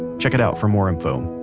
check it out for more info.